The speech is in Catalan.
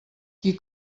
qui